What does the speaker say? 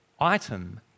item